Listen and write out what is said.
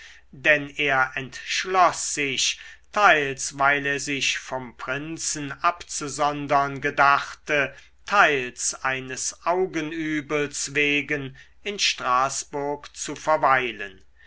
denn er entschloß sich teils weil er sich vom prinzen abzusondern gedachte teils eines augenübels wegen in straßburg zu verweilen